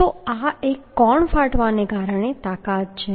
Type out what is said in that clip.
તો આ એક કોણ ફાટવાને કારણે તાકાત છે